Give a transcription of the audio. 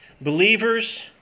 Believers